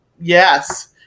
yes